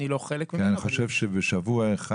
אני לא חלק ממנה --- כי אני חושב שבשבוע אחד,